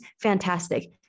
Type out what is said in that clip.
fantastic